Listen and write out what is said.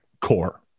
core